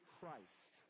Christ